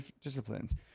disciplines